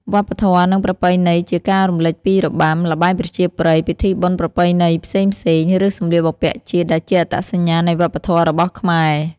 វប្បធម៌ និងប្រពៃណីជាការរំលេចពីរបាំ ល្បែងប្រជាប្រិយ ពិធីបុណ្យប្រពៃណីផ្សេងៗ ឬសម្លៀកបំពាក់ជាតិ ដែលជាអត្តសញ្ញាណនៃវប្បធម៌របស់ខ្មែរ។